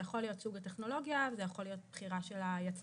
זה יכול להיות סוג הטכנולוגיה וזה יכול להיות בחירה של היצרן.